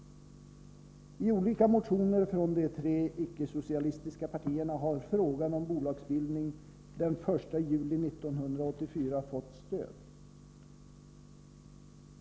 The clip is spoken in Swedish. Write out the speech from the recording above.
I olika motioner från de tre icke-socialistiska partierna har frågan om bolagsbildning den 1 juli 1984 fått stöd.